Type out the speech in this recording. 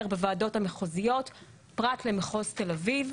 בוועדות המחוזיות פרט למחוז תל אביב.